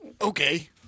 Okay